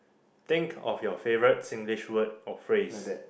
think of your favourite Singlish word or phrase